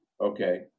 okay